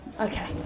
Okay